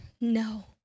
no